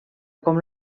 com